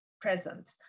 present